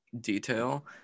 detail